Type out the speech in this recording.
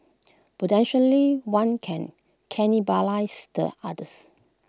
potentially one can cannibalise the others